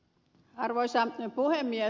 arvoisa puhemies